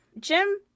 Jim